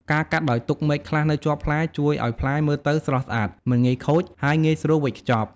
ការកាត់ដោយទុកមែកខ្លះនៅជាប់ផ្លែ ជួយឱ្យផ្លែមើលទៅស្រស់ស្អាត មិនងាយខូច ហើយងាយស្រួលវេចខ្ចប់។